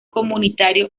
comunitario